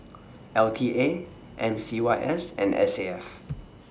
L T A M C Y S and S A F